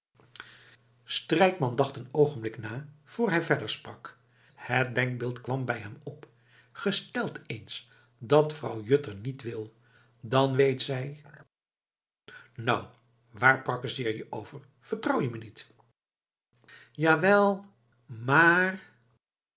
strijkman dacht een oogenblik na voor hij verder sprak het denkbeeld kwam bij hem op gesteld eens dat vrouw juttner niet wil dan weet zij nou waar prakkezeer je over vertrouw je me niet jawel maar